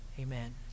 Amen